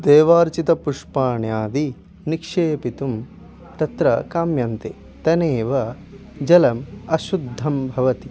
देवार्चित पुष्पाण्यादि निक्षेपितुं तत्र काम्यन्ते तेनेव जलम् अशुद्धं भवति